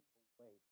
away